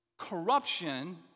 corruption